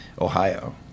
Ohio